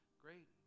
Great